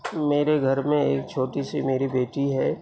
میرے گھر میں ایک چھوٹی سی میری بیٹی ہے